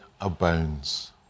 abounds